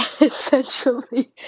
essentially